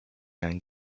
can